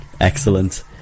Excellent